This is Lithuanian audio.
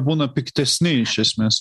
būna piktesni iš esmės